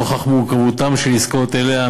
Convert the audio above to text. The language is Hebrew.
נוכח מורכבותן של עסקאות אלה,